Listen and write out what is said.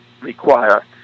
require